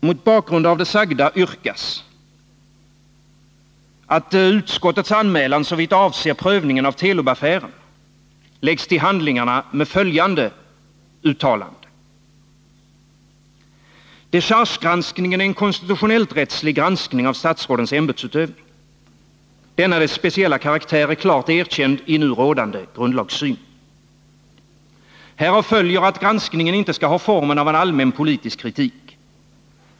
Mot bakgrund av det sagda yrkas att utskottets anmälan såvitt avser prövningen av Telub-affären läggs till handlingarna med följande uttalande: Dechargegranskningen är en konstitutionellt-rättslig granskning av statsrådens ämbetsutövning. Denna dess speciella karaktär är klart erkänd i nu rådande grundlagssyn. Härav följer att granskningen inte skall ha formen av en allmän politisk kritik.